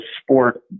sport